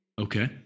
Okay